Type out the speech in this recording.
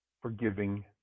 forgiving